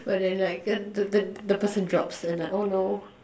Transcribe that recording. but then like the person drops and like oh no